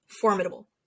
formidable